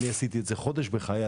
אני עשיתי את זה חודש בחיי,